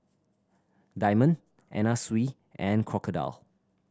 Diamond Anna Sui and Crocodile